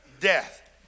death